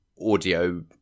audio